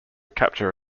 capture